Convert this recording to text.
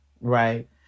Right